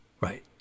Right